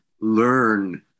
learn